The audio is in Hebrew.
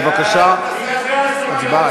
בבקשה, הצבעה.